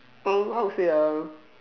um how to say ah